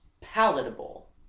palatable